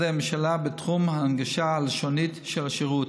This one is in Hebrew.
הממשלה בתחום ההנגשה הלשונית של השירות.